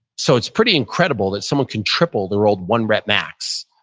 so it's pretty incredible that someone can triple their old one rep max,